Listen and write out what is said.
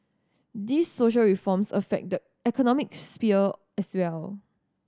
these social reforms affect the economic sphere as well